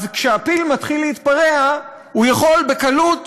אז כשהפיל מתחיל להתפרע הוא יכול בקלות